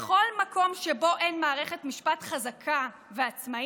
בכל מקום שבו אין מערכת משפט חזקה ועצמאית,